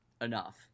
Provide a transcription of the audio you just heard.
enough